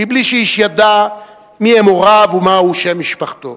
מבלי שאיש ידע מיהם הוריו ומה שם משפחתו.